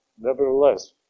nevertheless